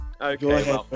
Okay